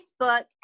Facebook